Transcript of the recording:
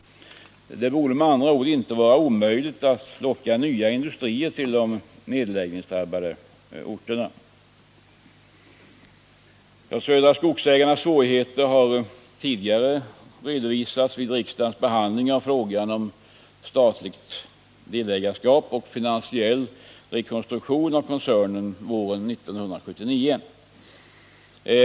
Det borde med andra ord inte vara omöjligt att locka nya industrier till de nedläggningsdrabbade orterna. Södra Skogsägarnas svårigheter har tidigare redovisats vid riksdagens behandling av frågan om statligt delägarskap och finansiell rekonstruktion av koncernen våren 1979.